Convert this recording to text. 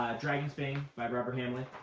dragon's bain by barbara hambley,